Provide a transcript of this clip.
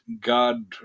God